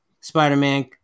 Spider-Man